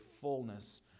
fullness